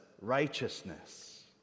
righteousness